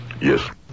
Yes